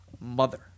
mother